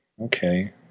okay